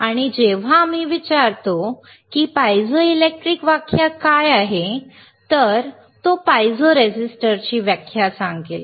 आणि जेव्हा आम्ही विचारतो की पायझोइलेक्ट्रिक व्याख्या काय आहे ती पायझो रेझिस्टरची असेल